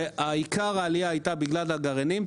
ועיקר העלייה הייתה בגלל הגרעינים.